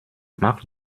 macht